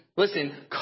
Listen